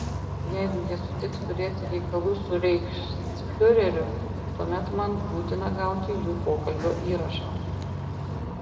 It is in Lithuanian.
jeigu jie sutiks turėti reikalų su reichsfiureriu tuomet man būtina gauti jų pokalbio įrašą